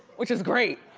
which is great.